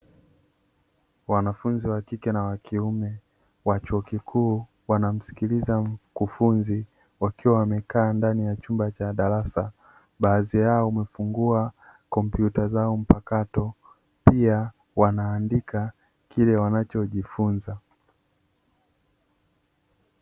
Wanafunzi wa kike na wa kiume wa chuo kikuu, wanamsikiliza mkufunzi wakiwa wamekaa ndani ya chumba cha darasa, baadhi yao wamefungua kompyuta zao mpakato, pia wanaandika kile wanachojifunza.